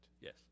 Yes